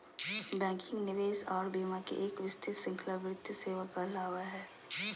banking, निवेश आर बीमा के एक विस्तृत श्रृंखला वित्तीय सेवा कहलावय हय